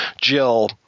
Jill